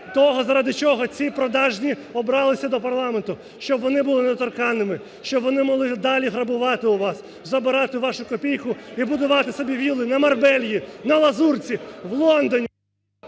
того, заради чого ці продажні обралися до парламенту, щоб вони були недоторканними, щоб вони могли далі грабувати вас, забирати вашу копійку – і будувати собі вілли на Марбел'ї, на Лазурці, в Лондоні…